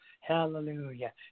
hallelujah